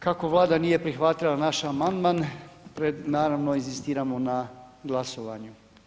Kako Vlada nije prihvatila naš amandman, naravno, inzistiramo na glasovanju.